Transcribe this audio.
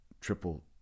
triple